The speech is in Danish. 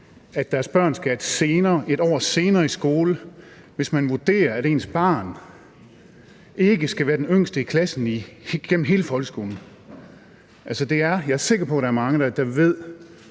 at deres børn skal 1 år senere i skole, hvis de vurderer, at deres barn ikke skal være den yngste i klassen gennem hele folkeskolen. Jeg er sikker på, at der er mange, der ved,